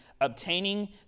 obtaining